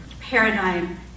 paradigm